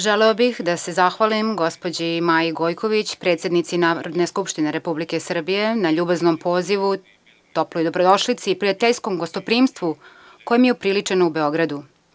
Želeo bih da se zahvalim gospođi Maji Gojković, predsednici Narodne skupštine Republike Srbije na ljubaznom pozivu, toploj dobrodošlici, prijateljskom gostoprimstvu koje mi je upriličeno u Beogradu.